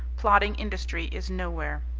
plodding industry is nowhere.